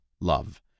love